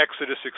Exodus